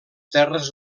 terres